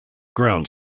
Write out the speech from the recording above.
ground